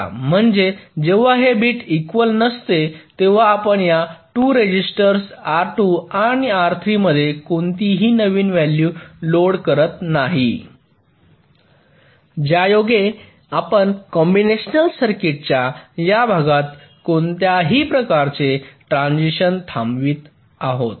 म्हणून जेव्हा हे बिट इक्वल नसते तेव्हा आपण या 2 रेझिस्टर्स R2 आणि R3 मध्ये कोणतीही नवीन व्हाल्यू लोड करत नाही ज्यायोगे आपण कंबिनेशनल सर्किटच्या या भागात कोणत्याही प्रकारचे ट्रान्झिशन थांबवित आहोत